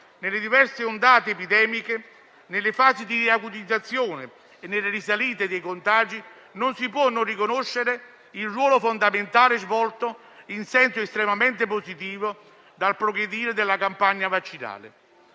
nelle diverse ondate epidemiche, nelle fasi di acutizzazione e nelle risalite dei contagi non si può non riconoscere il ruolo fondamentale svolto, in senso estremamente positivo, dal progredire della campagna vaccinale.